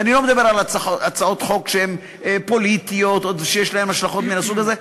ואני לא מדבר על הצעות חוק שהן פוליטיות או שיש להן השלכות מהסוג הזה,